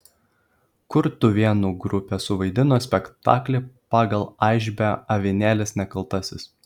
kurtuvėnų grupė suvaidino spektaklį pagal aišbę avinėlis nekaltasis